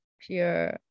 pure